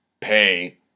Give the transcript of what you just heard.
pay